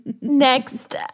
Next